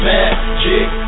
Magic